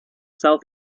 são